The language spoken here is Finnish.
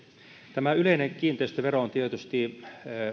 tämä yleinen kiinteistövero on tietysti